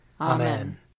Amen